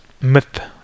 myth